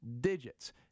digits